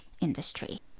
industry